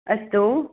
अस्तु